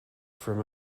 from